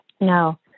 No